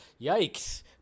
yikes